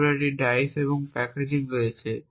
তারপরে একটি ডাইস এবং প্যাকেজিং রয়েছে